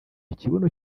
ikibuno